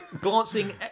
glancing